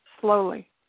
slowly